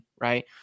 right